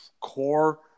core